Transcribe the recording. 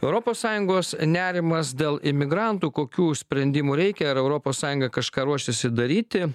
europos sąjungos nerimas dėl imigrantų kokių sprendimų reikia ar europos sąjunga kažką ruošiasi daryti